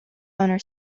owner